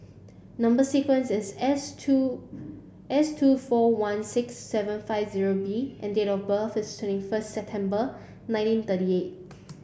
number sequence is S two S two four one six seven five zero B and date of birth is twenty first September nineteen thirty eight